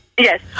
Yes